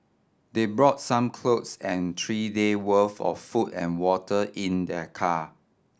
they brought some cloth and three day worth of food and water in their car